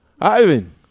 Ivan